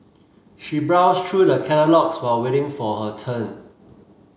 she browsed through the catalogues while waiting for her turn